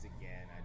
again